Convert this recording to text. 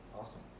Awesome